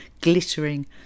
glittering